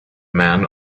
men